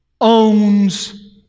owns